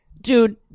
dude